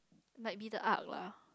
might be the art